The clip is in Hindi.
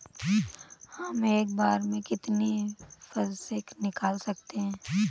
हम एक बार में कितनी पैसे निकाल सकते हैं?